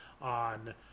on